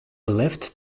lift